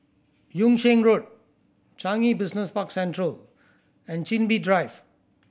Yung Sheng Road Changi Business Park Central and Chin Bee Drive